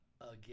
again